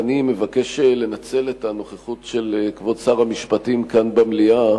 אני מבקש לנצל את הנוכחות של כבוד שר המשפטים כאן במליאה